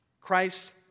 Christ